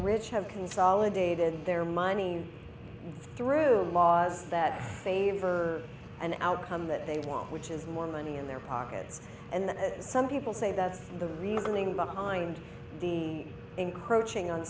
rich have consolidated their money through laws that favor an outcome that they want which is more money in their pockets and some people say that's the reasoning behind the encroaching on